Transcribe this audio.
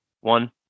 One